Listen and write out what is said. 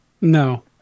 No